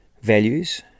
values